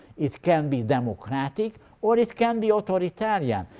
it can be democratic, or it can be authoritarian.